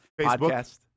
Podcast